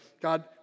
God